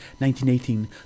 1918